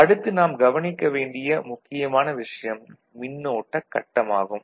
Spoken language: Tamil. அடுத்து நாம் கவனிக்க வேண்டிய முக்கியமான விஷயம் மின்னோட்ட கட்டம் ஆகும்